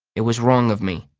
it was wrong of me.